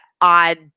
odd